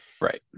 Right